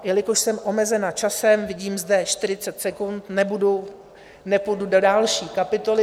Jelikož jsem omezena časem, vidím zde 40 sekund, nepůjdu do další kapitoly.